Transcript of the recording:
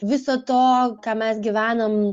viso to ką mes gyvenam